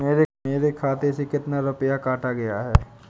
मेरे खाते से कितना रुपया काटा गया है?